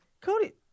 Cody